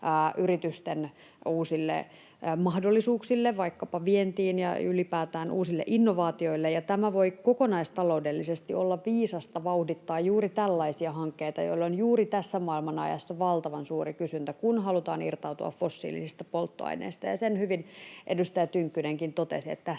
yritysten uusille mahdollisuuksille vaikkapa vientiin ja ylipäätään uusille innovaatioille. Ja voi kokonaistaloudellisesti olla viisasta vauhdittaa juuri tällaisia hankkeita, joilla on juuri tässä maailmanajassa valtavan suuri kysyntä, kun halutaan irtautua fossiilisista polttoaineista. Sen hyvin edustaja Tynkkynenkin totesi, että tässähän